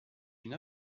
une